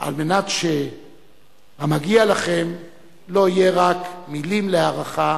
על מנת שהמגיע לכם לא יהיה רק מילות הערכה,